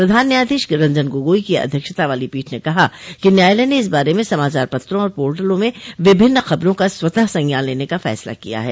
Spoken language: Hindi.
प्रधान न्यायाधीश रंजन गोगोई की अध्यक्षता वाली पीठ ने कहा कि न्यायालय ने इस बारे में समाचार पत्रों और पोर्टलों में विभिन्न खबरो का स्वतः संज्ञान लेने का फैसला किया है